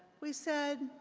we said,